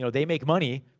so they make money,